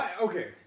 Okay